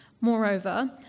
Moreover